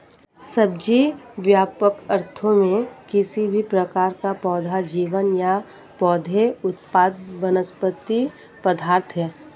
सब्जी, व्यापक अर्थों में, किसी भी प्रकार का पौधा जीवन या पौधे उत्पाद वनस्पति पदार्थ है